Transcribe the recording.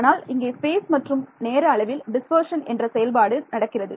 ஆனால் இங்கே ஸ்பைஸ் மற்றும் நேர அளவில் டிஸ்பர்ஷன் என்ற செயல்பாடு நடக்கிறது